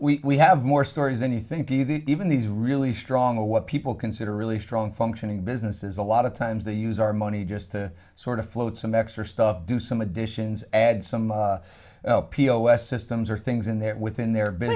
well we have more stories anything p the even these really strong or what people consider really strong functioning businesses a lot of times they use our money just to sort of float some extra stuff do some additions add some pos systems or things in there within their b